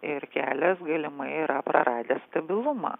ir kelias galimai yra praradęs stabilumą